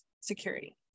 security